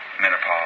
menopause